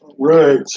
Right